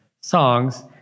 songs